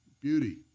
beauty